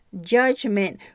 judgment